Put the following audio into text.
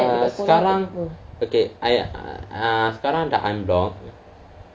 err sekarang okay I err sekarang dah unblock